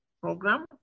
program